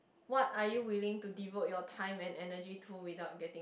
what are you willing to devote your time and energy to without getting